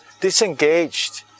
disengaged